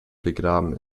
begraben